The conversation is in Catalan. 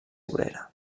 obrera